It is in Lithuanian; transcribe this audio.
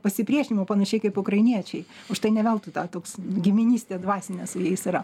pasipriešinimo panašiai kaip ukrainiečiai už tai ne veltui tą toks giminystė dvasinė su jais yra